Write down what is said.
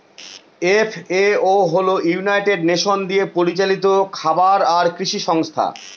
FAO হল United Nation দিয়ে পরিচালিত খাবার আর কৃষি সংস্থা